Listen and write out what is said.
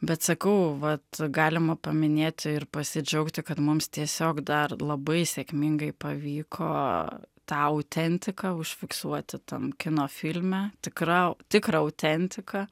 bet sakau vat galima paminėti ir pasidžiaugti kad mums tiesiog dar labai sėkmingai pavyko tą autentiką užfiksuoti tam kino filme tikra tikrą autentiką